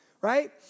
right